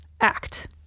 Act